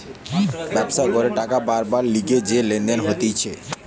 ব্যবসা করে টাকা বারবার লিগে যে লেনদেন হতিছে